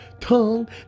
tongue